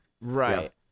Right